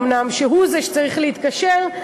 שהוא זה שצריך להתקשר,